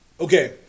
Okay